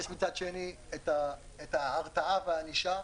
יש מצד שני את ההרתעה והענישה,